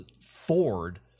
Ford